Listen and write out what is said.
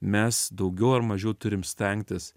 mes daugiau ar mažiau turim stengtis